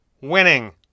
Winning